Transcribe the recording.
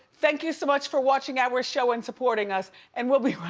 thank you so much for watching our show and supporting us and we'll be right